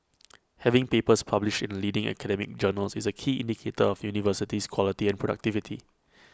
having papers published in leading academic journals is A key indicator of university's quality and productivity